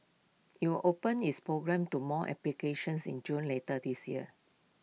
IT will open its program to more applications in June later this year